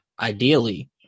ideally